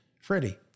Freddie